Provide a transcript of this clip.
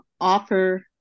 offer